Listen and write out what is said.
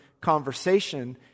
conversation